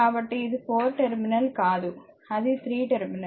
కాబట్టి ఇది 4 టెర్మినల్ కాదు అది 3 టెర్మినల్